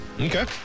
Okay